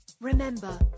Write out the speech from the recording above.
Remember